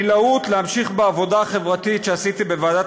אני להוט להמשיך בעבודה החברתית שעשיתי בוועדת